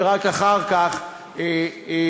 ורק אחר כך עורכי-דין.